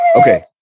Okay